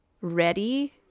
ready